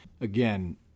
again